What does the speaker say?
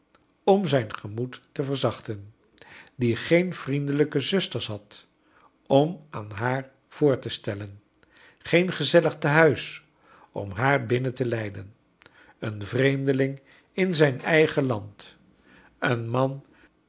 om zijn gemoed te j verzachten die geen vriendelijke zus i ters had om aan haar voor te i stellen geen gezellig tehuis om haar binnen te leiden een vree m deling in i zijn eigen land een man